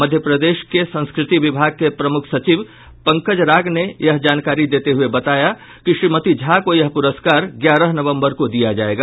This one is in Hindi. मध्य प्रदेश के संस्कृति विभाग के प्रमुख सचिव पंकज राग ने जानकारी देते हुये बताया कि श्रीमती झा को यह प्रस्कार ग्यारह नवम्बर को दिया जायेगा